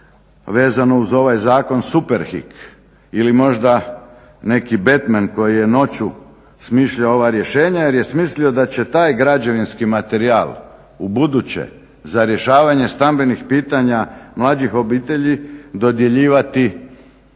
vezano uz ovaj zakon Superhick ili možda neki Batman koji je noću smišljao ova rješenja, jer je smislio da će taj građevinski materijal u buduće za rješavanje stambenih pitanja mlađih obitelji dodjeljivati